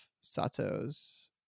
Sato's